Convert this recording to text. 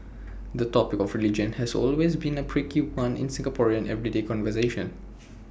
the topic of religion has always been A prickly one in Singaporean everyday conversation